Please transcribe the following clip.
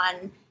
on